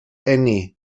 eni